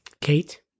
Kate